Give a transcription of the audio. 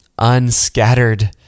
unscattered